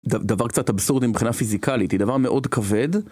דבר קצת אבסורד מבחינה פיזיקלית, היא דבר מאוד כבד.